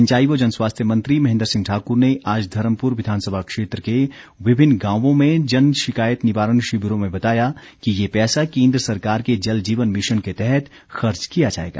सिंचाई व जनस्वास्थ्य मंत्री महेन्द्र सिंह ठाक्र ने आज धर्मपुर विधानसभा क्षेत्र के विभिन्न गांवों में जन शिकायत निवारण शिविरों में बताया कि ये पैसा केंद्र सरकार के जल जीवन मिशन के तहत खर्च किया जाएगा